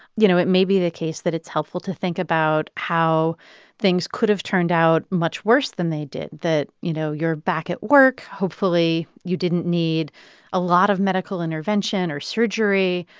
you know, it may be the case that it's helpful to think about how things could have turned out much worse than they did that, you know, you're back at work. hopefully, you didn't need a lot of medical intervention or surgery.